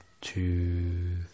Two